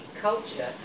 culture